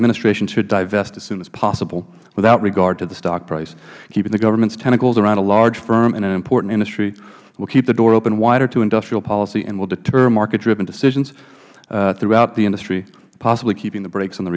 administration should divest as soon as possible without regard to the stock price keeping the government's tentacles around a large firm and an important industry will keep the door open wider to industrial policy and will deter marketdriven decisions throughout the industry possibly keeping the brakes on the